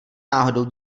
náhodou